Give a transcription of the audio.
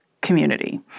community